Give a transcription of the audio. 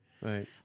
Right